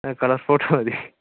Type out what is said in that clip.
colour photo മതി